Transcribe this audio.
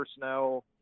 personnel